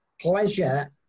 pleasure